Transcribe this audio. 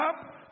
up